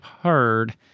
heard